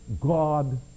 God